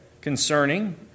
concerning